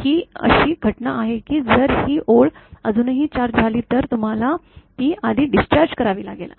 ही अशी घटना आहे की जर ही ओळ अजूनही चार्ज झाली तर तुम्हाला ती आधी डिस्चार्ज करावी लागेल